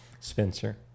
spencer